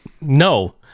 No